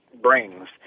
brings